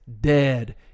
dead